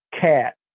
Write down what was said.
cat